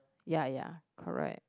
ya ya correct